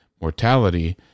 mortality